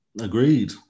Agreed